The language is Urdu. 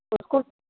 بالکل